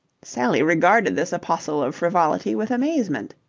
sally regarded this apostle of frivolity with amazement.